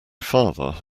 father